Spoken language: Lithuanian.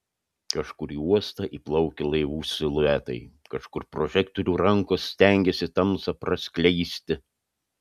kažkur į uostą įplaukia laivų siluetai kažkur prožektorių rankos stengiasi tamsą praskleisti